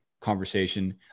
conversation